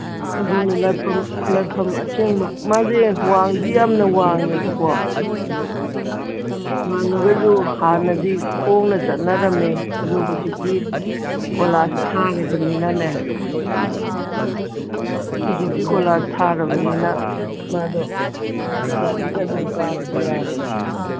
ꯑꯗꯨꯅꯦ ꯂꯥꯏꯐꯝ ꯂꯥꯏꯐꯝ ꯑꯁꯦꯡꯕ ꯃꯥꯁꯦ ꯋꯥꯡꯗꯤ ꯌꯥꯝꯅ ꯋꯥꯡꯉꯦꯕꯀꯣ ꯋꯥꯡꯉꯒꯁꯨ ꯍꯥꯅꯗꯤ ꯈꯣꯡꯅ ꯆꯠꯅꯔꯝꯃꯦ ꯑꯗꯨ ꯍꯧꯖꯤꯛꯇꯤ ꯀꯣꯏꯂꯥꯁ ꯊꯥꯔꯕꯅꯤꯅꯅꯦ ꯍꯧꯖꯤꯛꯇꯤ ꯀꯣꯏꯂꯥꯁ ꯊꯥꯔꯕꯅꯤꯅ ꯃꯥꯗꯣ ꯒꯥꯔꯤꯗ ꯑꯗꯨꯝ ꯀꯥꯕꯗꯣ ꯌꯥꯔꯦꯕ